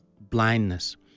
blindness